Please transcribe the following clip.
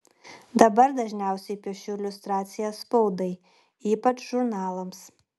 dabar dažniausiai piešiu iliustracijas spaudai ypač žurnalams